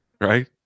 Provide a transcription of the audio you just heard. Right